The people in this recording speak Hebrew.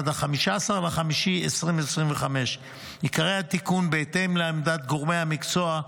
עד 15 במאי 2025. עיקרי התיקון: בהתאם לעמדת גורמי המקצוע,